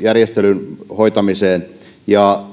järjestelyn hoitamiseen